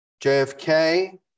JFK